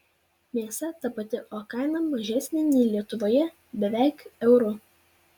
mėsa ta pati o kaina mažesnė nei lietuvoje beveik euru